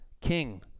king